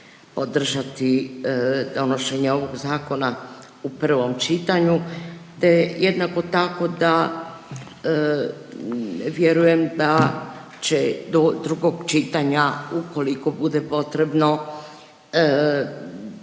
podržati donošenje ovog Zakona u prvom čitanju te jednako tako da, vjerujem da će do drugog čitanja, ukoliko bude potrebno,